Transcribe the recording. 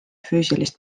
füüsilist